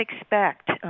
expect